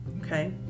okay